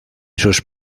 sus